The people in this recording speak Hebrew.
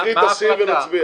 תקרא את הסעיף ונצביע.